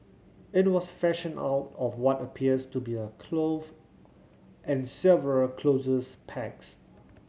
it was fashioned out of what appears to be a glove and several clothes pegs